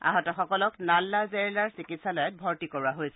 আহতসকলক নাল্লা জেৰলাৰ চিকিৎসালয়ত ভৰ্তি কৰোৱা হৈছে